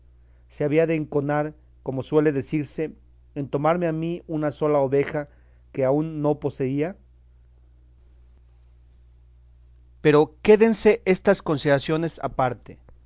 se había de enconar como suele decirse en tomarme a mí una sola oveja que aún no poseía pero quédense estas consideraciones aparte